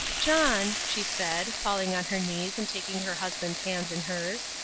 john, she said, falling on her knees and taking her husband's hands in hers,